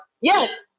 yes